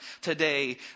today